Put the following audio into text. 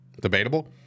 Debatable